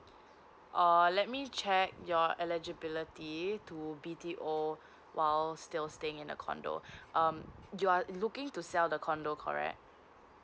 err let me check your eligibility to B T O while still staying in a condo um you are looking to sell the condo correct